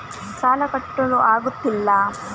ಸಾಲ ಕಟ್ಟಲು ಆಗುತ್ತಿಲ್ಲ